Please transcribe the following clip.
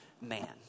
man